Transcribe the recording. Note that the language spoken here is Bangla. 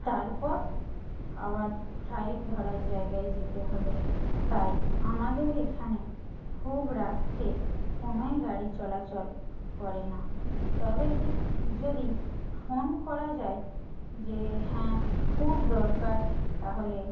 তারপর আবার ফ্লাইট ধরার জায়গায় যেতে হবে তাই আমাদের এখানে খুব রাত্রে কোনোই গাড়ি চলাচল করে না তবে কি যদি ফোন করা যায় যে হ্যাঁ খুব দরকার তাহলে